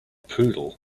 poodle